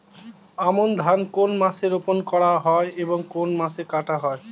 আমন ধান কোন মাসে রোপণ করা হয় এবং কোন মাসে কাটা হয়?